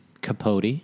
Capote